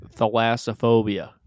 thalassophobia